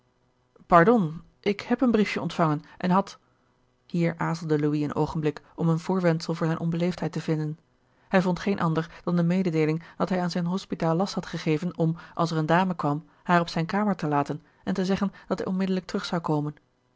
pardon ik heb een briefje ontvangen en had hier aarzelde louis een oogenblik om een voorwendsel voor zijne onbeleefdheid te vinden hij vond geen ander dan de mededeeling dat hij aan zijne hospita last had gegeven om als er eene dame kwam haar op zijne kamer te laten en te zeggen dat hij onmiddelijk terug zou komen